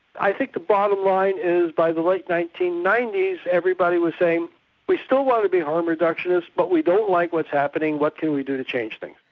i think the bottom line is by the late nineteen ninety s everybody was saying we still want to be harm reductionists but we don't like what's happening, what can we do to change things?